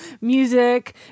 music